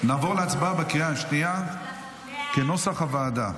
להצבעה בקריאה השנייה, כנוסח הוועדה.